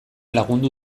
lagundu